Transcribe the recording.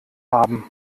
haben